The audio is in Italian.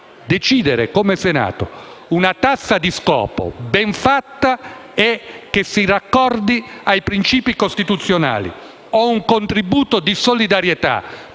decidere, come Senato, una tassa di scopo ben elaborata che si raccordi ai princìpi costituzionali, o un contributo di solidarietà,